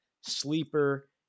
sleeper